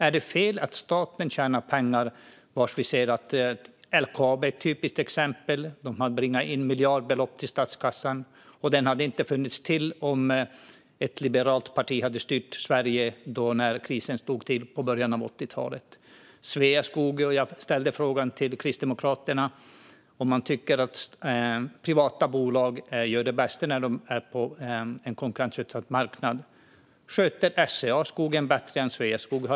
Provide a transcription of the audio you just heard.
Är det fel att staten tjänar pengar? Ett typiskt exempel är LKAB, som har inbringat miljardbelopp till statskassan. De hade inte funnits om ett liberalt parti hade styrt Sverige när krisen slog till i början av 80-talet. Sveaskog är ett annat. Jag ställde frågan till Kristdemokraterna om de tycker att privata bolag gör det bästa jobbet på en konkurrensutsatt marknad. Jag frågade om SCA sköter skogen bättre än Sveaskog.